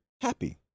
happy